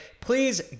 please